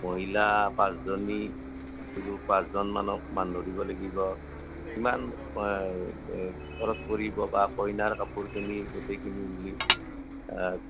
মহিলা পাঁচজনী পুৰুষ পাঁচজন মানক মান ধৰিব লাগিব কিমান খৰছ পৰিব বা কইনাৰ কাপোৰখিনি গোটেইখিনি বুলি